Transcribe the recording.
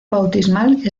bautismal